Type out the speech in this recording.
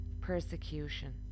persecution